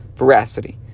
veracity